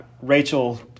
Rachel